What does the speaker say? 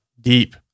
deep